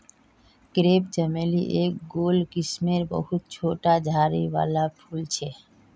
crepe चमेली एक गोल किस्मेर बहुत छोटा झाड़ी वाला फूल छे